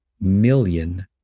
million